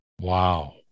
Wow